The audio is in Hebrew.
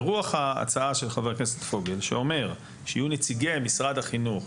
ברוח ההצעה של חבר הכנסת פוגל שאומר שיהיו נציגי משרד החינוך,